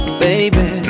baby